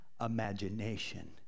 imagination